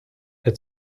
der